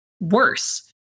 worse